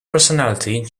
personality